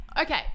Okay